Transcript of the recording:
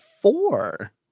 four